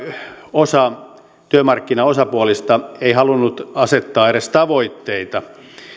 osa työmarkkinaosapuolista ei halunnut asettaa edes tavoitteita